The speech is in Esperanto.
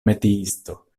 metiisto